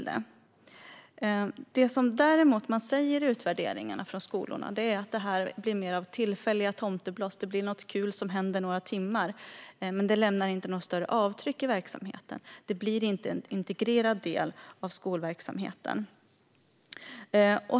Det som sägs i skolornas utvärdering är att detta blir mer tillfälliga tomtebloss. Det blir något kul som händer några timmar, men det lämnar inga större avtryck i verksamheten. Det blir inte en integrerad del av skolverksamheten.